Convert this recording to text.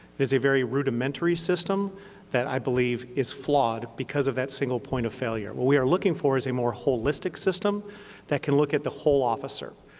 is a very rudimentary system that i believe is flawed because of that single point of failure. what we are looking for is a more holistic system that can look at the whole officer,